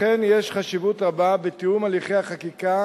לכן יש חשיבות רבה בתיאום הליכי החקיקה